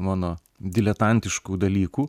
mano diletantiškų dalykų